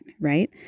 right